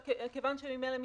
כיוון שהם ממילא מתקיימים,